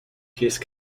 case